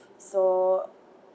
so